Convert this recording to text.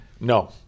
No